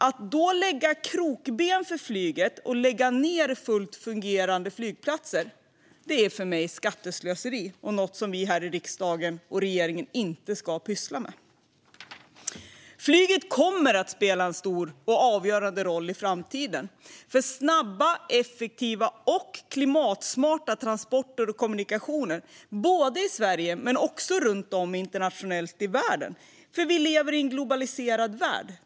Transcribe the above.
Att då lägga krokben för flyget och lägga ned fullt fungerande flygplatser är för mig skatteslöseri och något som vi i riksdag och regering inte ska pyssla med. Flyget kommer att spela en stor och avgörande roll i framtiden för snabba, effektiva och klimatsmarta transporter och kommunikationer både i Sverige och internationellt, för vi lever i en globaliserad värld.